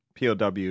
POW